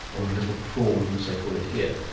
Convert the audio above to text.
or a little prawn, as they call it here.